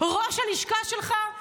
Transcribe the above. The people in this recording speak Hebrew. ראש הלשכה שלך,